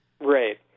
Right